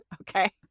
Okay